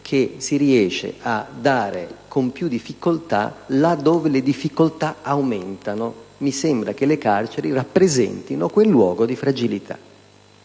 che si riesce a dare con più difficoltà là dove le difficoltà aumentano, e mi sembra che le carceri rappresentino proprio quel luogo di fragilità.